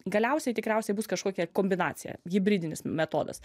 galiausiai tikriausiai bus kažkokia kombinacija hibridinis metodas